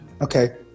okay